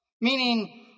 meaning